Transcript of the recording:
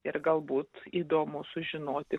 ir galbūt įdomu sužinoti